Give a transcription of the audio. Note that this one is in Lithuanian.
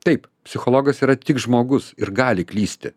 taip psichologas yra tik žmogus ir gali klysti